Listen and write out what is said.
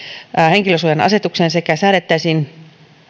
henkilönsuojainasetukseen sekä säädettäisiin